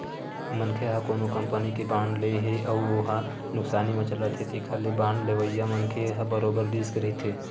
मनखे ह कोनो कंपनी के बांड ले हे अउ हो ह नुकसानी म चलत हे तेखर ले बांड लेवइया मनखे ह बरोबर रिस्क रहिथे